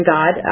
God